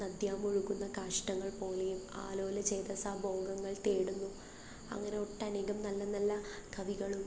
നദ്യാമൊഴുകുന്ന കാഷ്ഠങ്ങൾ പോലെയും ആലോല ചേതസാ ഭോഗങ്ങൾ തേടുന്നു അങ്ങനെ ഒട്ടനേകം നല്ല നല്ല കവികളും